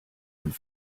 would